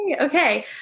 Okay